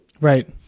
Right